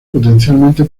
potencialmente